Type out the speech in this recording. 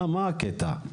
מה הקטע?